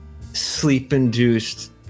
sleep-induced